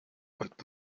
und